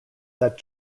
that